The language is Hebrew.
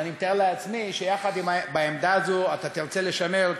אבל אני מתאר לעצמי שעם העמדה הזאת תרצה לשמר,